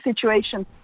situation